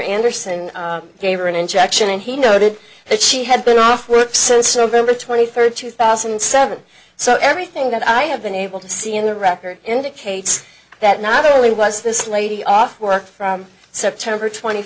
anderson gave her an injection and he noted that she had been off work since over twenty third two thousand and seven so everything that i have been able to see in the record indicates that not only was this lady off work from september twenty